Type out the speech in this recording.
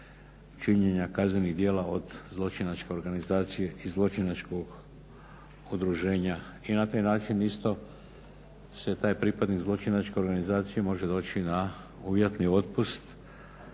činjenja kaznenih djela od zločinačke organizacije i zločinačkog udruženja. I na taj način isto se taj pripadnik zločinačke organizacije može doći na umjetni otpust